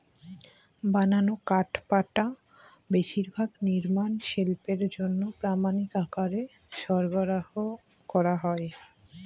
বানানো কাঠপাটা বেশিরভাগ নির্মাণ শিল্পের জন্য প্রামানিক আকারে সরবরাহ করা হয়